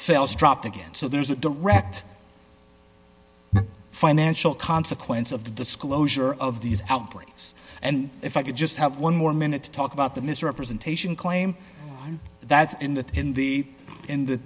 sales dropped again so there's a direct financial consequence of the disclosure of these outbreaks and if i could just have one more minute talk about the misrepresentation claim that in the in the in the